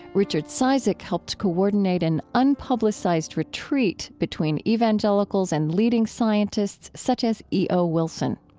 richard cizik helped coordinate an unpublicized retreat between evangelicals and leading scientists such as e o. wilson.